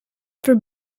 for